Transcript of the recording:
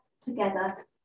together